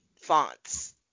fonts